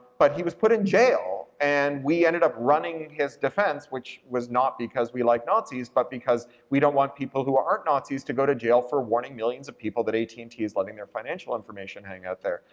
but he was put in jail and we ended up running his defense, which was not because we like nazis but because we don't want people who aren't nazis to go to jail for warning millions of people that at and t is letting their financial information hang out there.